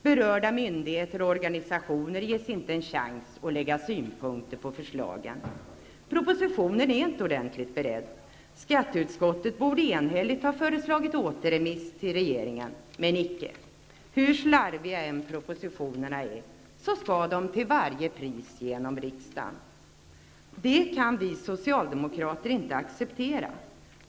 Berörda myndigheter och organisationer ges inte en chans att lägga fram synpunkter på förslagen. Propositionen är inte ordentligt beredd. Skatteutskottet borde enhälligt ha föreslagit återremiss till regeringen. Men icke. Hur slarviga propositionerna än är skall de till varje pris genom riksdagen. Det kan vi socialdemokrater inte acceptera.